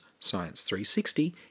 Science360